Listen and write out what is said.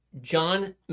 John